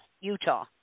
Utah